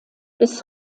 bis